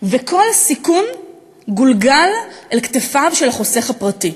וכל הסיכון גולגל אל כתפיו של החוסך הפרטי.